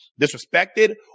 disrespected